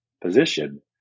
position